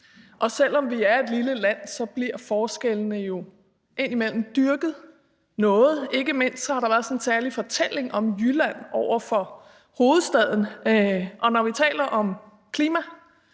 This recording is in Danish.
Selv om vi er et lille land, bliver forskellen jo indimellem dyrket noget. Ikke mindst har der været sådan en særlig fortælling om Jylland over for hovedstaden, og når vi taler om klima,